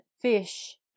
fish